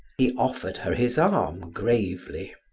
he offered her his arm gravely.